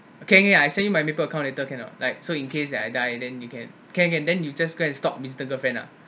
okay okay I send you my maple account later can or not like so in case that I died and you can can can then you just go and stalk maple girlfriend ah